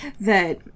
that-